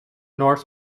north